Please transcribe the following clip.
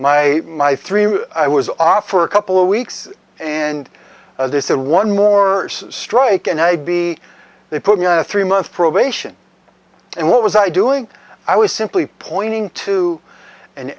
my my three i was off for a couple of weeks and they said one more strike and i'd be they put me on a three month probation and what was i doing i was simply pointing to an